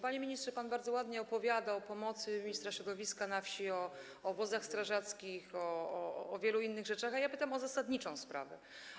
Panie ministrze, pan bardzo ładnie opowiada o pomocy ministra środowiska na wsi, o wozach strażackich, o wielu innych sprawach, a ja pytam o zasadniczą sprawę.